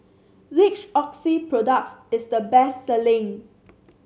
which Oxy product is the best selling